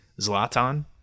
Zlatan